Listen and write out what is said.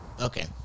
Okay